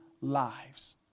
lives